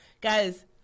guys